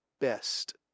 best